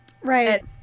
Right